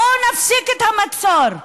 בואו נפסיק את המצור.